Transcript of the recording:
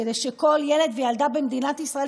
כדי שכל ילד וילדה במדינת ישראל,